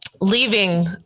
leaving